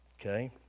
Okay